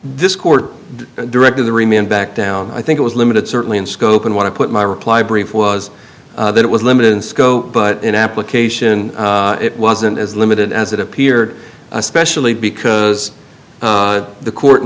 this court directed to remain backdown i think it was limited certainly in scope and want to put my reply brief was that it was limited in scope but in application it wasn't as limited as it appeared especially because the court